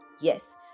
Yes